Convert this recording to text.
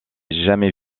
jamais